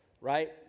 right